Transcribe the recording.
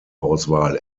auswahl